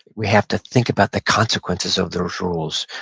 we have to think about the consequences of those rules,